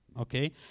okay